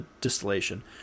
distillation